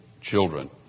children